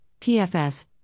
PFS